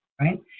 right